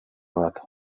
bat